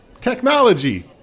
Technology